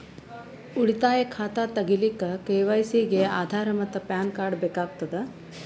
ಉಳಿತಾಯ ಖಾತಾ ತಗಿಲಿಕ್ಕ ಕೆ.ವೈ.ಸಿ ಗೆ ಆಧಾರ್ ಮತ್ತು ಪ್ಯಾನ್ ಕಾರ್ಡ್ ಬೇಕಾಗತದ